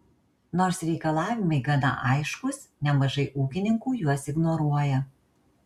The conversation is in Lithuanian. nors reikalavimai gana aiškūs nemažai ūkininkų juos ignoruoja